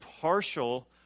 partial